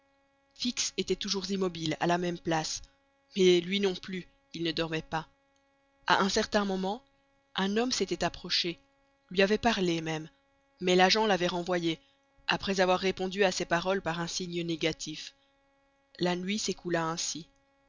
fix était toujours immobile à la même place mais lui non plus il ne dormait pas a un certain moment un homme s'était approché lui avait parlé même mais l'agent l'avait renvoyé après répondu à ses paroles par un signe négatif la nuit s'écoula ainsi